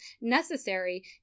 necessary